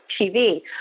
tv